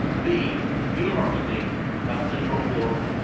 the university of central florida.